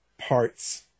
parts